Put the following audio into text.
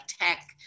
tech